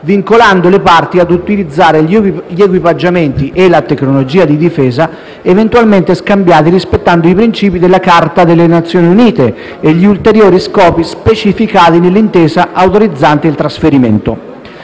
vincolando le parti ad utilizzare gli equipaggiamenti e la tecnologia di difesa, eventualmente scambiati rispettando i principi della Carta delle Nazioni Unite e gli ulteriori scopi specificati nell'intesa autorizzante il trasferimento.